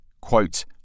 quote